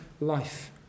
life